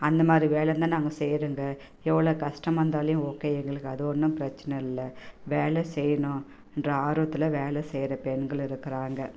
அந்தமாதிரி வேலை தான் நாங்கள் செய்றோங்க எவ்வளோ கஷ்டமா இந்தாலும் ஓகே எங்களுக்கு அது ஒன்றும் பிரச்சனை இல்லை வேலை செய்யணும் என்ற ஆர்வத்தில் வேலை செய்கிற பெண்கள் இருக்கிறாங்க